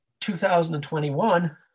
2021